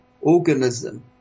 organism